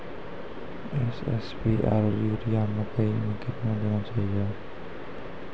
SSP आरु urea मकई मे कितना देना चाहिए?